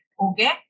okay